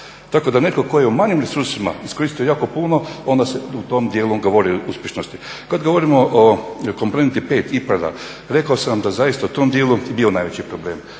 Tako da netko tko je u manjim resursima iskoristio jako puno onda se u tom dijelu govori o uspješnosti. Kad govorimo o komponenti 5 IPARD-a, rekao sam da zaista u tom dijelu je bio najveći problem